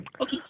Okay